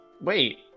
Wait